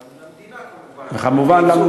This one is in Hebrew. גם למדינה, כמובן.